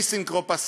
"טיסנקרופ",